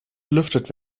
belüftet